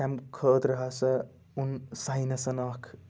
تَمہِ خٲطرٕ ہسا اوٚن ساینَسن اکھ